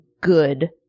good